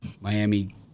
Miami